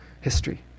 history